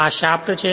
અને આ શાફ્ટ છે